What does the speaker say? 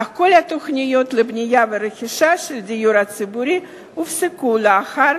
אך כל התוכניות לבנייה ורכישה של דיור ציבורי הופסקו לאחר